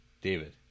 David